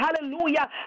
hallelujah